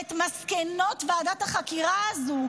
ואת מסקנות ועדת החקירה הזו,